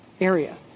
area